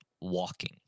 walking